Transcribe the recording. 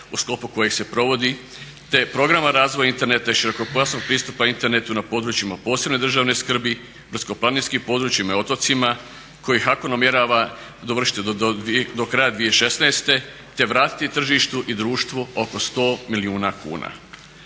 u sklopu kojeg se provodi, te programa razvoja interneta i širokopojasnog pristupa internetu na područjima posebne državne skrbi, brdsko-planinskim područjima i otocima koji HAKOM namjerava dovršiti do kraja 2016. te vratiti tržištu i društvu oko 100 milijuna kuna.